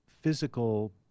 physical